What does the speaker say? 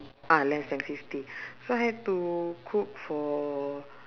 ah less than fifty so I have to cook for